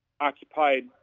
occupied